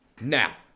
Now